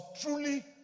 truly